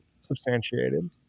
substantiated